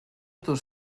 tos